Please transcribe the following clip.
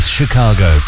Chicago